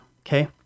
Okay